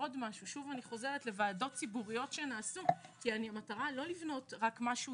אני חוזרת לוועדות ציבוריות שנעשו כי המטרה היא לא לבנות רק משהו